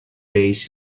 days